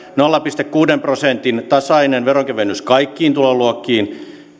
nolla pilkku kuuden prosentin tasainen veronkevennys kaikkiin tuloluokkiin